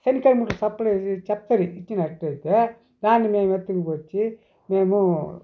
చెనిక్కాయ మూటలు సబ్సిడీ ఇచ్చినట్లయితే దాన్ని మేము ఎత్తుకుని వచ్చి మేము